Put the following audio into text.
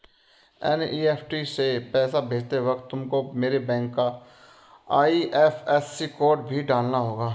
NEFT से पैसा भेजते वक्त तुमको मेरे बैंक का आई.एफ.एस.सी कोड भी डालना होगा